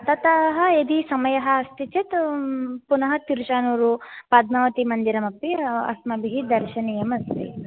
ततः यदि समयः अस्ति चेत् पुनः तिरुचानूरुपद्मावतीमन्दिरमपि अस्माभिः दर्शनीयमस्ति